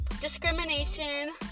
discrimination